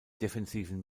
defensiven